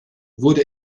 wurde